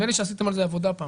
נדמה לי שעשיתם על זה עבודה פעם,